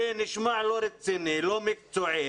זה נשמע לא רציני ולא מקצועי.